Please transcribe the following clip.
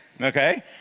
okay